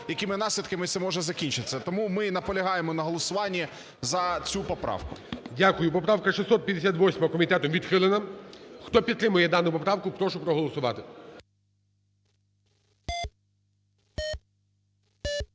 якими наслідками це може закінчитися. Тому ми наполягаємо на голосуванні за цю поправку. ГОЛОВУЮЧИЙ. Дякую. Поправка 658 комітетом відхилена. Хто підтримує дану поправку, прошу проголосувати.